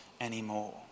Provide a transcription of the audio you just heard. anymore